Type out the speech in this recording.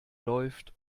läuft